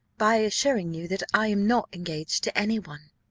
by assuring you, that i am not engaged to any one.